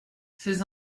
ces